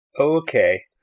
Okay